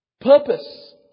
Purpose